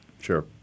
Sure